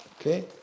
Okay